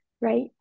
right